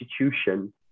institution